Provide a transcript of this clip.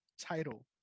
title